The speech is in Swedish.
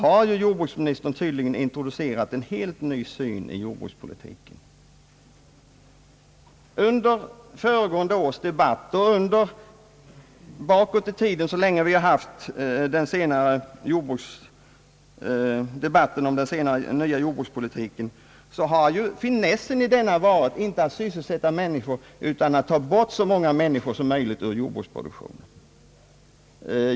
Därmed har han tydligen introducerat en helt ny syn i jordbrukspolitiken. Förra året och så länge tillbaka som vi debatterat den nya jordbrukspolitiken har ju finessen varit inte att sysselsätta människor utan att rationalisera bort så många som möjligt ur jordbruksproduktionen.